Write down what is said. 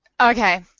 Okay